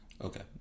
Okay